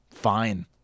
Fine